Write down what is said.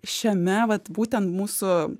šiame vat būtent mūsų